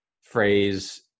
phrase